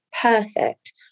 perfect